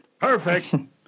perfect